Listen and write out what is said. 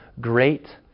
great